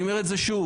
אני אומר את זה שוב,